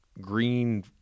green